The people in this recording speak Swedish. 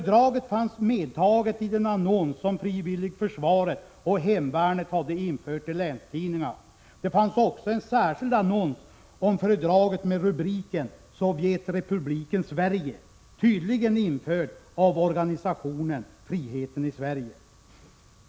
Det var med iden annons som frivilligförsvaret och hemvärnet hade infört i länstidningarna. Det fanns också en särskild annons om föredraget med rubriken: Sovjetrepubliken Sverige. Den var tydligen införd av organisationen Friheten i Sverige.